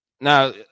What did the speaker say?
now